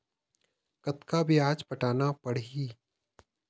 कतका ब्याज पटाना पड़ही?